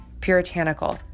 puritanical